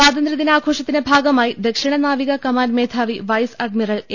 സ്വാതന്ത്ര്യ ദിനാഘോഷത്തിന്റെ ഭാഗമായി ദക്ഷിണ നാവിക കമാൻഡ് മേധാവി വൈസ് അഡ്മിറൽ എ